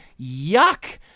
yuck